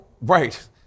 right